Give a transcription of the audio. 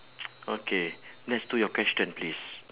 okay let's do your question please